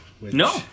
No